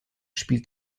spielt